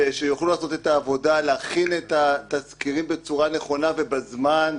שיוכלו לעשות את העבודה ולהכין את התסקירים בצורה נכונה ובזמן.